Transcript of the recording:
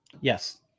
yes